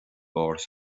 áras